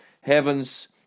heaven's